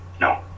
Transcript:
No